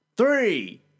Three